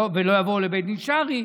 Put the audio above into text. ולא יבואו לבית דין שרעי.